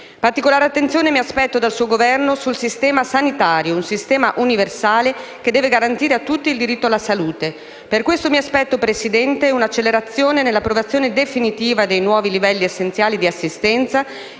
Particolare attenzione mi aspetto dal suo Esecutivo sul sistema sanitario: un sistema universale che deve garantire a tutti il diritto alla salute. Per questo mi aspetto, signor Presidente, un'accelerazione nell'approvazione definitiva dei nuovi livelli essenziali di assistenza